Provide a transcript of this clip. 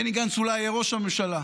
בני גנץ אולי יהיה ראש הממשלה,